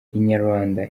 inyarwanda